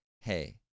Hey